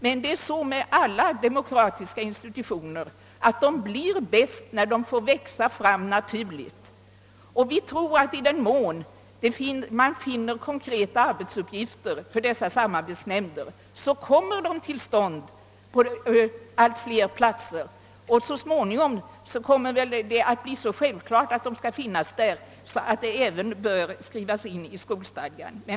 Men beträffande alla demokratiska institutioner gäller att de blir bäst, när de får växa fram naturligt. Vi tror att i den mån man finner konkreta arbetsuppgifter för dessa samarbetsnämnder kommer de till stånd på allt fler platser, och så småningom kommer det väl att bli så självklart att de skall finnas att det även bör skrivas in i skolstadgan.